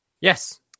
Yes